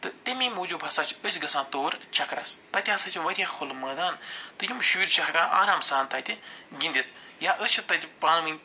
تہٕ تَمی موٗجوٗب ہَسا چھِ أسۍ گَژھان تور چکرس تَتہِ ہَسا چھِ وارِیاہ کھُلہٕ مٲدان تہٕ یِم شُر چھِ ہٮ۪کان آرام سان تَتہِ گنٛدِتھ یا ٲسِتھ تَتہِ پانہٕ ؤنۍ